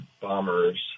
bombers